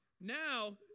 Now